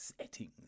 settings